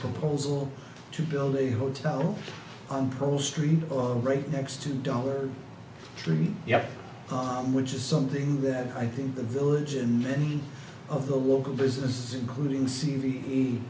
proposal to build a hotel on pro street or right next to dover street yeah on which is something that i think the village and many of the local businesses including c